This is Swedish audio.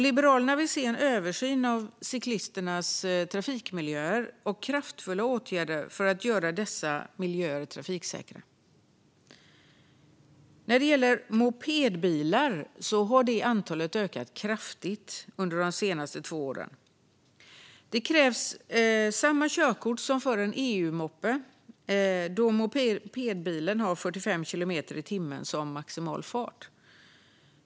Liberalerna vill se en översyn av cyklisternas trafikmiljöer och kraftfulla åtgärder för att göra dessa miljöer trafiksäkra. Antalet mopedbilar har ökat kraftigt under de senaste två åren. Det krävs samma körkort som för en EU-moppe, då mopedbilen har 45 kilometer i timmen som maximal fart.